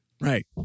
Right